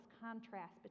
contrast